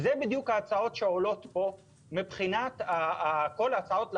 ואלה בדיוק ההצעות שעולות פה מבחינת כל ההצעות להחריג.